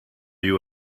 you